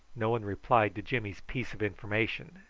no one replied to jimmy's piece of information,